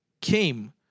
came